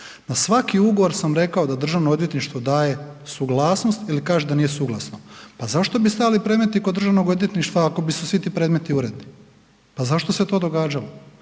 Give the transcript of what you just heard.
Na svaki ugovor sam rekao da državno odvjetništvo daje suglasnost ili kaže da nije suglasno, pa zašto bi stajali predmeti kod državnog odvjetništva ako su svi ti predmeti uredni, pa zašto se to događalo?